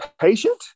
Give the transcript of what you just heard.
patient